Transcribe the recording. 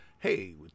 Hey